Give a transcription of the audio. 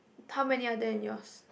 how many are there in yours